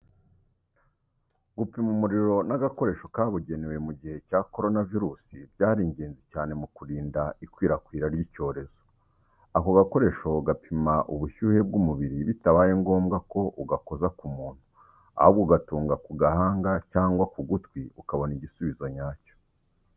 Gupima umuriro n’agakoresho kabugenewe mu gihe cya korona virusi byari ingenzi cyane mu kurinda ikwirakwira ry’icyorezo. Ako gakoresho gapima ubushyuhe bw'umubiri bitabaye ngombwa ko ugakoza ku muntu, ahubwo ugatunga ku gahanga cyangwa ku gutwi ukabona igisubizo nyacyo.